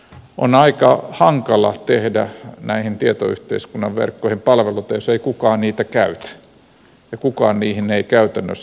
on aika hankala tehdä näihin tietoyhteiskunnan verkkoihin palveluita jos ei kukaan niitä käytä ja kukaan niihin ei käytännössä luota